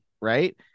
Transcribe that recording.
Right